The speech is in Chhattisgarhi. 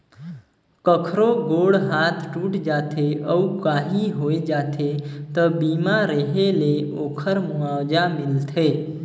कखरो गोड़ हाथ टूट जाथे अउ काही होय जाथे त बीमा रेहे ले ओखर मुआवजा मिलथे